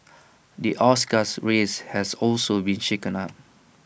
the Oscar's race has also been shaken up